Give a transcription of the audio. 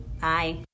Bye